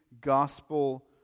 gospel